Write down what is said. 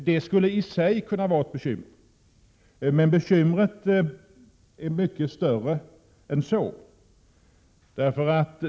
Det skulle i sig kunna vara ett bekymmer, men bekymret är mycket större än så.